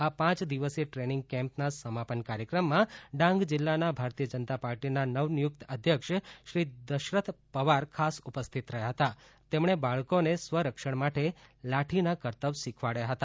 આ પાંચ દિવસીય ટ્રેનીંગ કેમ્પના સમાપન કાર્યક્રમમાં ડાંગ જિલ્લાના ભારતીય જનતા પાર્ટીના નવ નિયુક્ત અધ્યક્ષ શ્રી દશરથ પવાર ખાસ ઉપસ્થિત રહ્યા હતા તેમણે બાળકોને સ્વરક્ષણ માટે લાઠીના કરતબ શિખવાડ્યા હતા